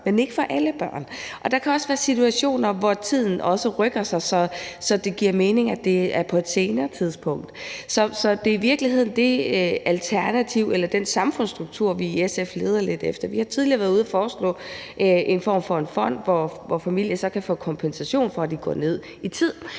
men ikke for alle børn. Der kan også være situationer, hvor tingene også rykker sig, så det giver mening, at det er på et senere tidspunkt. Så det er i virkeligheden det alternativ eller den samfundsstruktur, vi i SF leder lidt efter. Vi har tidligere været ude at foreslå en form for fond, hvor familier så kan få kompensation for, at de går ned i tid.